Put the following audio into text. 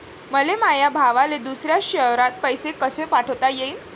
मले माया भावाले दुसऱ्या शयरात पैसे कसे पाठवता येईन?